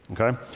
okay